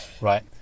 Right